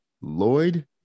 Lloyd